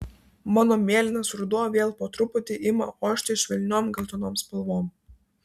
mano mėlynas ruduo vėl po truputį ima ošti švelniom geltonom spalvom